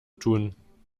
tun